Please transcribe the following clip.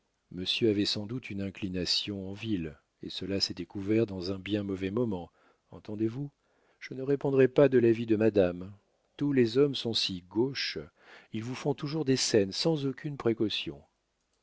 monsieur avait sans doute une inclination en ville et cela s'est découvert dans un bien mauvais moment entendez-vous je ne répondrais pas de la vie de madame tous les hommes sont si gauches ils vous font toujours des scènes sans aucune précaution